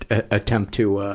ah attempt to, ah,